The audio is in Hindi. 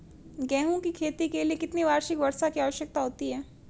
गेहूँ की खेती के लिए कितनी वार्षिक वर्षा की आवश्यकता होती है?